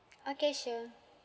okay sure